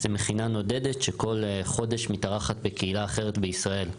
זו מכינה נודדת שבכל חודש מתארחת בקהילה אחרת בישראל.